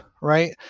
right